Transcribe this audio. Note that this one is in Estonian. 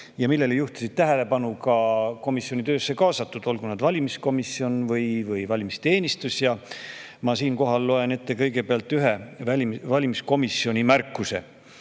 ja millele juhtisid tähelepanu ka komisjoni töösse kaasatud valimiskomisjon või valimisteenistus. Ma loen ette kõigepealt ühe valimiskomisjoni märkuse,